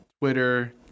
twitter